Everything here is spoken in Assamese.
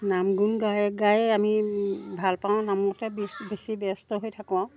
নাম গুণ গাই গায়ে আমি ভাল পাওঁ নামতে বেছি বেছি ব্যস্ত হৈ থাকোঁ আৰু